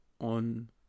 on